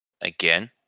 Again